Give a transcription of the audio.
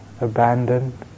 abandoned